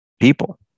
people